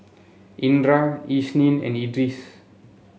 Indra Isnin and Idris